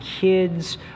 kids